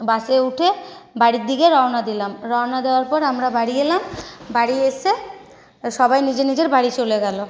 বাসে উঠে বাড়ির দিগে রওনা দিলাম রওনা দেওয়ার পর আমরা বাড়ি এলাম বাড়ি এসে সবাই নিজের নিজের বাড়ি চলে গেল